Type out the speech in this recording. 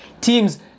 Teams